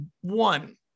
one